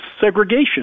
segregation